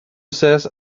says